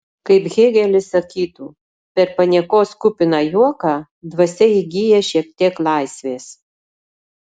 kaip hėgelis sakytų per paniekos kupiną juoką dvasia įgyja šiek tiek laisvės